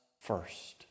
first